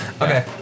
Okay